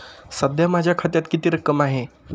सध्या माझ्या खात्यात किती रक्कम आहे?